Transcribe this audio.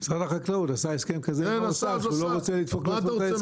משרד החקלאות עשה הסכם כזה עם משרד האוצר שהוא לא רוצה לדפוק את ההסכם,